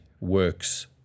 works